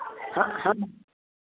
ह हाँ